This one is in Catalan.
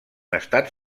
estat